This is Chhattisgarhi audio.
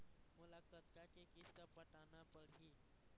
मोला कतका के किस्त पटाना पड़ही?